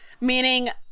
Meaning